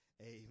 Amen